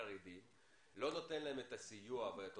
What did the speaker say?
אין לנו אפשרות לראות את